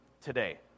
today